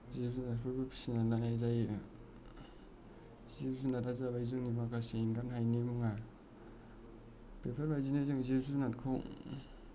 जिब जुनारफोरखौ फिसिनानै लानाय जायो जिब जुनारा जाबाय जोंनि माखासे एंगारहायि मुवा बेफोरबायदिनो जों जिब जुनारखौ